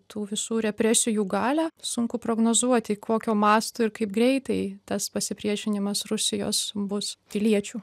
tų visų represijų galią sunku prognozuoti kokio masto ir kaip greitai tas pasipriešinimas rusijos bus piliečių